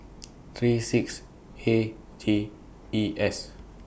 three six A G E S